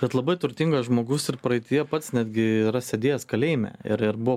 bet labai turtingas žmogus ir praeityje pats netgi yra sėdėjęs kalėjime ir ir buvo